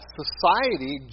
society